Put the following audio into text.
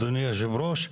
אדוני יושב הראש,